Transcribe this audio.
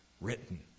written